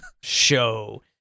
show